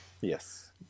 Yes